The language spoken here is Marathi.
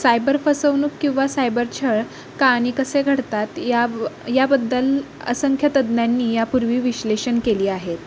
सायबर फसवणूक किंवा सायबर छळ का आणि कसे घडतात याब याबद्दल असंख्य तज्ज्ञांनी यापूर्वी विश्लेषण केली आहेत